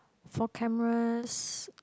for cameras